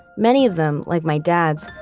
many of them, like my dad's,